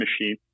machine